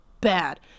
bad